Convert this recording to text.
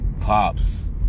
pops